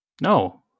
No